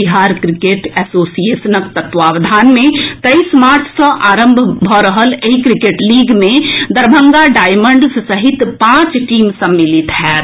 Bihar cricket एसोसिएशनक तत्वावधान मे तेइस मार्च सँ आरंभ भऽ रहल एहि क्रिकेट लीग मे दरभंगा डायमंड्स सहित पांच टीम सम्मिलित होयत